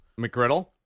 McGriddle